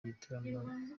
igitaramo